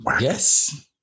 Yes